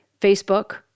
Facebook